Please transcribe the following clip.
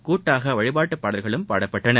கூட்டாக வழிபாட்டு பாடல்கள் பாடப்பட்டன